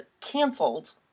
canceled